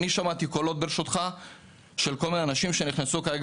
שמעתי קולות של כל מיני אנשים שנכנסו כרגע